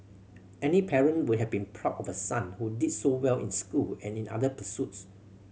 any parent would have been proud of a son who did so well in school and in other pursuits